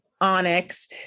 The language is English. Onyx